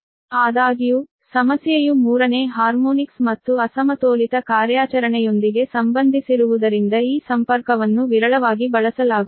ಆದಾಗ್ಯೂ ಸಮಸ್ಯೆಯು ಮೂರನೇ ಹಾರ್ಮೋನಿಕ್ಸ್ ಮತ್ತು ಅಸಮತೋಲಿತ ಕಾರ್ಯಾಚರಣೆಯೊಂದಿಗೆ ಸಂಬಂಧಿಸಿರುವುದರಿಂದ ಈ ಸಂಪರ್ಕವನ್ನು ವಿರಳವಾಗಿ ಬಳಸಲಾಗುತ್ತದೆ